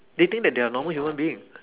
they think that they are normal human being